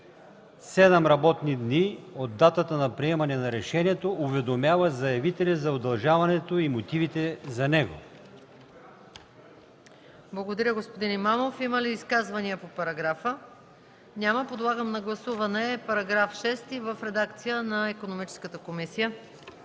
7 работни дни от датата на приемане на решението уведомява заявителя за удължаването и мотивите за него.”